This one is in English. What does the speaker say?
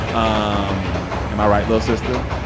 um am i right, little sister?